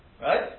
Right